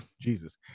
jesus